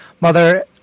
mother